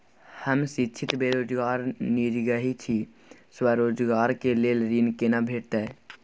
हम शिक्षित बेरोजगार निजगही छी, स्वरोजगार के लेल ऋण केना भेटतै?